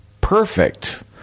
perfect